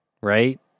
right